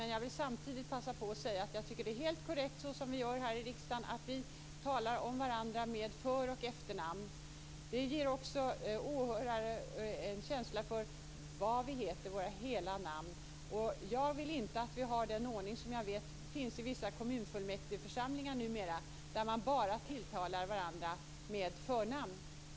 Men jag vill samtidigt passa på att säga att jag tycker att det är helt korrekt så som vi gör här i riksdagen att vi talar om varandra med för och efternamn. Det ger också åhörare en känsla för vad vi heter, våra hela namn. Jag vill inte att vi har den ordning som jag vet numera finns i vissa kommunfullmäktigeförsamlingar där man bara tilltalar varandra med förnamn.